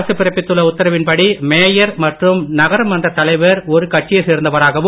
அரசு பிறப்பித்துள்ள உத்தரவின்படி மேயர் மற்றும் நகரமன்றத் தலைவர் ஒரு கட்சியை சேர்ந்தவராகவும்